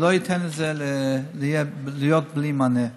אני לא אתן לזה להיות בלי מענה.